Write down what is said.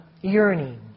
yearning